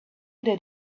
that